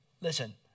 listen